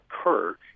occur